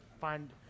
find